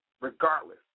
regardless